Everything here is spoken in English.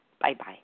Bye-bye